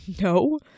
No